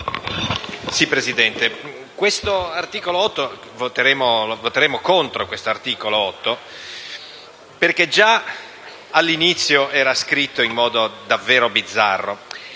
Presidente, voteremo contro l'articolo 8 perché già all'inizio era scritto in modo davvero bizzarro.